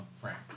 frank